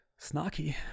snarky